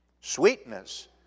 Sweetness